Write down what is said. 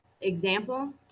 example